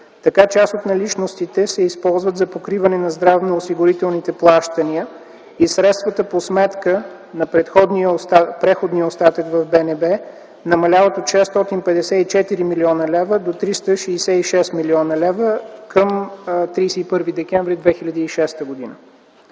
Така част от наличностите се използват за покриване на здравноосигурителните плащания и средствата по сметка на преходния остатък в БНБ намаляват от 654 млн. лв. до 366 млн. лв. към 31 декември 2006 г.